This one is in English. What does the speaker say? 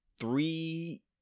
three